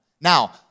Now